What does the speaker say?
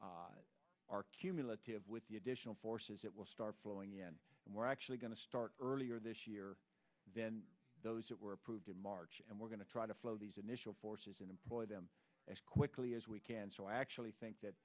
operate our cumulative with the additional forces that will start flowing in and we're actually going to start earlier this year than those that were approved in march and we're going to try to flow these initial forces in employ them as quickly as we can so i actually think that